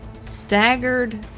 Staggered